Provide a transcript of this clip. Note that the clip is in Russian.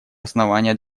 основания